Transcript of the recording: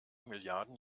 milliarden